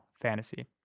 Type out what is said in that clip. Fantasy